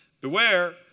Beware